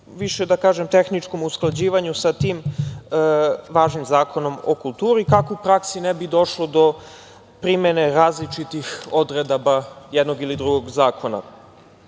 da kažem, tehničkom usklađivanju sa tim važnim Zakonom o kulturi, kako u praksi ne bi došlo do primene različitih odredaba jednog ili drugog zakona. Inače,